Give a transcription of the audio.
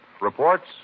reports